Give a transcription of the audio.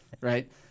right